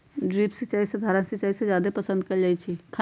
drip सिंचाई सधारण सिंचाई से जादे पसंद कएल जाई छई